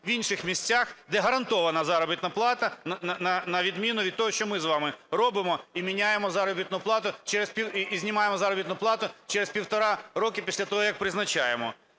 в інших місцях, де гарантована заробітна плата на відміну від того, що ми з вами робимо і міняємо заробітну плату… і знімаємо заробітну плату через півтора роки після того, як призначаємо.